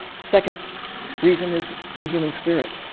second reason is the human spirit.